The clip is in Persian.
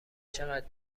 چقدر